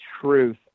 truth